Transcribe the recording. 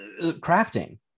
crafting